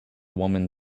woman